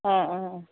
অঁ অঁ অঁ